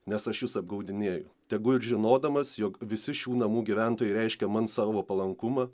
nes aš jus apgaudinėju tegu ir žinodamas jog visi šių namų gyventojai reiškia man savo palankumą